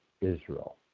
Israel